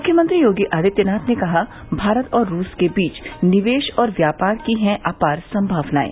मुख्यमंत्री योगी आदित्यनाथ ने कहा भारत और रूस के बीच निवेश और व्यापार की हैं अपार संभावनाएं